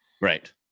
Right